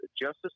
Justice